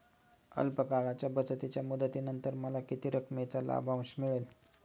अल्प काळाच्या बचतीच्या मुदतीनंतर मला किती रकमेचा लाभांश मिळेल?